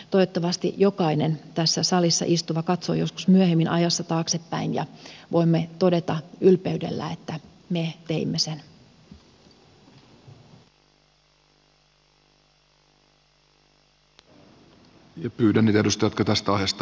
toivottavasti jokainen tässä salissa istuva katsoo joskus myöhemmin ajassa taaksepäin ja voimme todeta ylpeydellä että me teimme sen